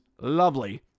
Lovely